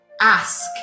ask